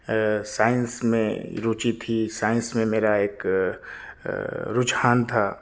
science میں روچی تھی سائنس میں میرا ایک رجحان تھا